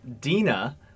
Dina